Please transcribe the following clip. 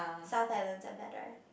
south island are better